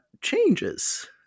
changes